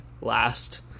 last